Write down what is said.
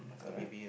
correct